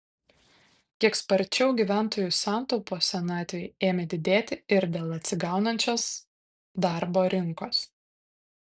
kiek sparčiau gyventojų santaupos senatvei ėmė didėti ir dėl atsigaunančios darbo rinkos